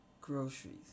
groceries